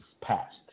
passed